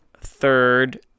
third